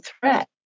threat